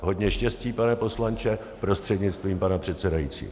Hodně štěstí, pane poslanče prostřednictvím pana předsedajícího.